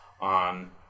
on